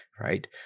right